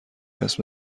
اسم